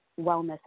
wellness